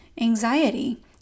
anxiety